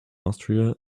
austria